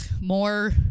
more